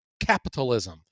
capitalism